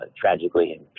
tragically